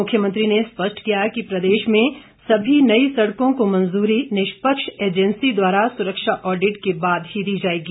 मुख्यमंत्री ने स्पष्ट किया कि प्रदेश में सभी नई सड़कों को मंजूरी निष्पक्ष एजेंसी द्वारा सुरक्षा ऑडिट के बाद ही दी जाएगी